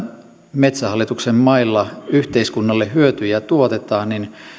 metsähallituksen mailla yhteiskunnalle hyötyjä tuotetaan